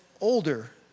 older